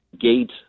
gate